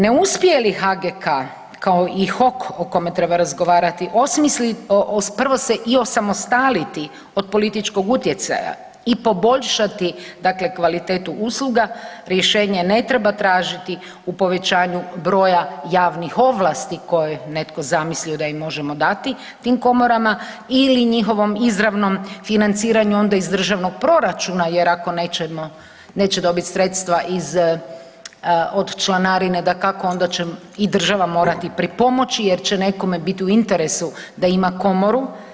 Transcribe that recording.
Ne uspije li HGK kao i HOK o kome treba razgovarati, osmisliti, prvo se i osamostaliti od političkog utjecaja i poboljšati dakle kvalitetu usluga, rješenje ne treba tražiti u povećanju broja javnih ovlasti koje je netko da ih možemo dati tim komorama ili njihovom izravnom financiranju onda iz državnog proračuna jer ako nećemo, neće dobiti sredstva iz, od članarine dakako onda će i država morati pripomoći jer će nekome biti u interesu da ima komoru.